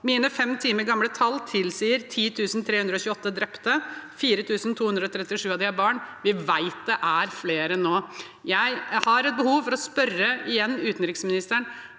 Mine fem timer gamle tall tilsier 10 328 drepte, 4 237 av dem er barn. Vi vet det er flere nå. Jeg har et behov for å spørre utenriksministeren igjen: